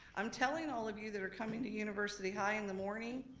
i'm telling all of you that are coming to university high in the morning,